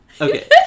Okay